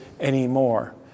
anymore